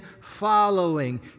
following